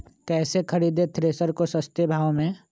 कैसे खरीदे थ्रेसर को सस्ते भाव में?